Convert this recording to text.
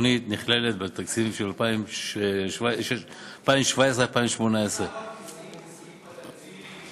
התוכנית נכללת בתקציב של 2017 2018. סעיף-סעיף בתקציב,